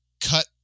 cut